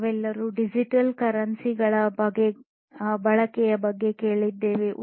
ನಾವೆಲ್ಲರೂ digital currency ಗಳ ಬಳಕೆಯ ಬಗ್ಗೆ ಕೇಳಿದ್ದೇವೆ